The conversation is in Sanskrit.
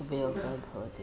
उपयोगः भवति